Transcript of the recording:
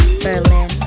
Berlin